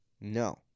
No